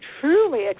truly